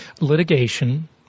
litigation